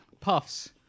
puffs